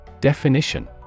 Definition